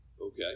Okay